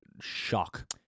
Shock